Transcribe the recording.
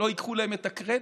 שלא ייקחו להם את הקרדיט,